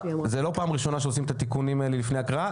זו לא פעם ראשונה שעושים את התיקונים האלה לפני ההקראה.